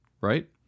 right